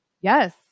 Yes